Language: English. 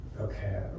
okay